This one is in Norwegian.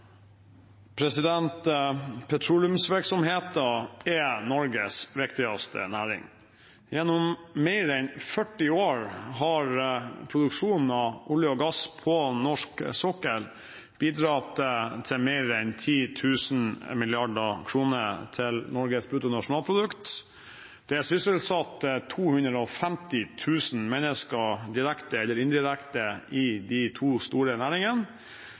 Norges viktigste næring. Gjennom mer enn 40 år har produksjonen av olje og gass på norsk sokkel bidratt til mer enn 10 000 mrd. kr til Norges bruttonasjonalprodukt, det er sysselsatt 250 000 mennesker direkte eller indirekte i de to store næringene,